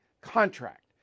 contract